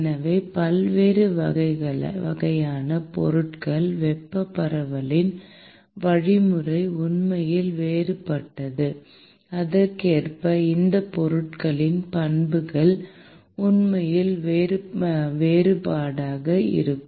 எனவே பல்வேறு வகையான பொருட்கள் வெப்ப பரவலின் வழிமுறை உண்மையில் வேறுபட்டது அதற்கேற்ப இந்த பொருட்களின் பண்புகள் உண்மையில் வேறுபட்டதாக இருக்கும்